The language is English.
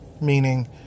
meaning